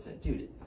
Dude